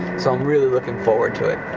so i'm really looking forward to it.